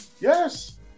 yes